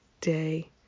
day